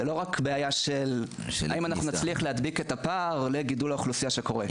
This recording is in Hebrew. זאת לא רק בעיה להדביק את הפער עם גידול האוכלוסייה שקורה,